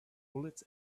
bullets